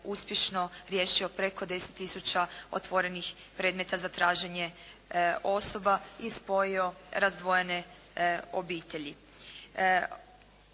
uspješno riješio preko 10 tisuća otvorenih predmeta za traženje osoba i spojio razdvojene obitelji.